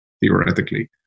theoretically